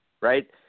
right